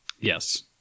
Yes